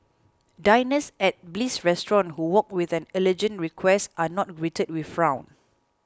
diners at Bliss Restaurant who walk with them allergen requests are not greeted with a frown